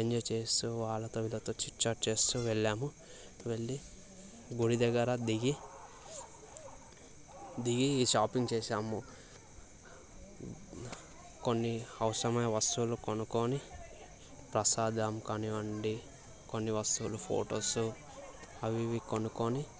enjoy చేస్తు వాళ్ళతో వీళ్ళతో చిట్చాట్ చేస్తు వెళ్ళాము వెళ్ళి గుడి దగ్గర దిగి దిగి షాపింగ్ చేసాము కొన్ని అవసరమైన వస్తువులు కొనుక్కొని ప్రసాదం కానివ్వండి కొన్ని వస్తువులు ఫోటోస్ అవి ఇవి కొనుక్కొని కొన్ని